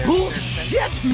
Bullshit